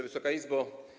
Wysoka Izbo!